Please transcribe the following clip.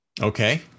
Okay